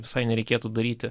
visai nereikėtų daryti